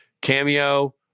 Cameo